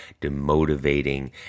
demotivating